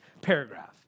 paragraph